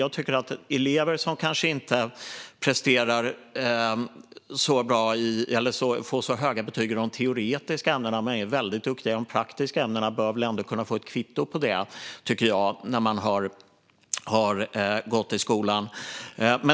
Jag tycker att elever som kanske inte får så höga betyg i de teoretiska ämnena men är väldigt duktiga i de praktiska ämnena bör få ett kvitto på det när man har gått i skolan.